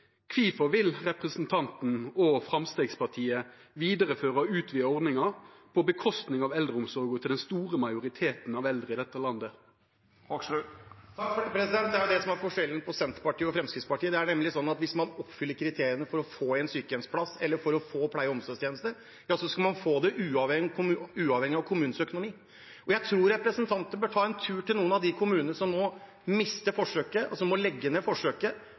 Kvifor vil representanten og Framstegspartiet vidareføra og utvida ordninga på kostnad av eldreomsorga til den store majoriteten av eldre i dette landet? Det er det som er forskjellen mellom Senterpartiet og Fremskrittspartiet. Det er nemlig sånn at hvis man oppfyller kriteriene for å få en sykehjemsplass eller for å få pleie- og omsorgstjenester, skal man få det uavhengig av kommunens økonomi. Jeg tror representanten bør ta en tur til noen av de kommunene som nå mister forsøket, som må legge ned forsøket,